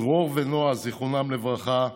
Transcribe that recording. דרור ונועה, זיכרונם לברכה,